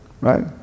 right